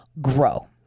grow